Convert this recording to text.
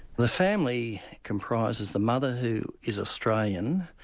the family comprises the mother, who is australian,